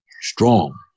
strong